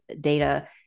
data